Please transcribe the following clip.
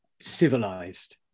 civilized